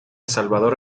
salvador